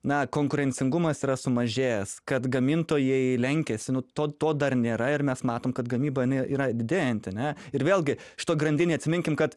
na konkurencingumas yra sumažėjęs kad gamintojai lenkiasi nu to to dar nėra ir mes matom kad gamyba ne yra didėjanti ane ir vėlgi šitoj grandinėj atsiminkim kad